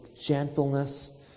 gentleness